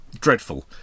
dreadful